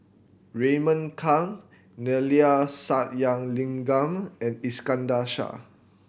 Raymond Kang Neila Sathyalingam and Iskandar Shah